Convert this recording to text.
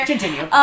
Continue